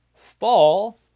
Fall